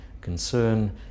Concern